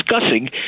discussing